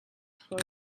for